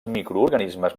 microorganismes